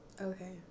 okay